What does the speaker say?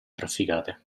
trafficate